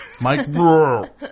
Mike